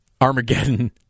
Armageddon